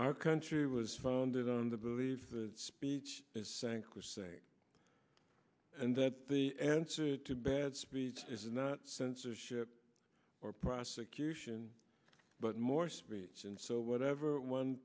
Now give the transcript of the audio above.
our country was founded on the believe speech sanker saying and that the answer to bad speech is not censorship or prosecution but more speech and so whatever one